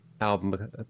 album